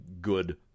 good